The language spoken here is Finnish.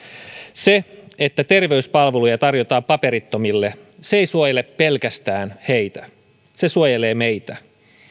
se että terveyspalveluja tarjotaan paperittomille ei suojele pelkästään heitä se suojelee meitä